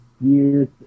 years